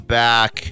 back